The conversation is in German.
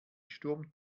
sturm